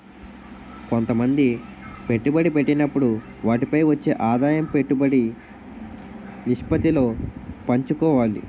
కొంతమంది పెట్టుబడి పెట్టినప్పుడు వాటిపై వచ్చే ఆదాయం పెట్టుబడి నిష్పత్తిలో పంచుకోవాలి